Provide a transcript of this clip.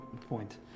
Point